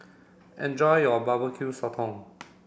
enjoy your Barbecue Sotong